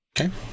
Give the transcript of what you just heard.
Okay